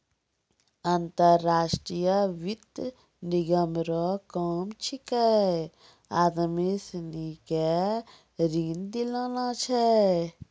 अंतर्राष्ट्रीय वित्त निगम रो काम छिकै आदमी सनी के ऋण दिलाना छै